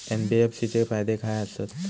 NBFC चे फायदे खाय आसत?